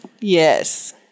yes